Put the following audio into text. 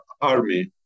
army